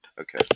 Okay